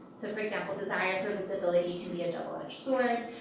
so for example, desire for visibility can be a double-edged sword.